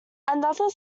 another